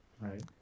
Right